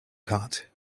cut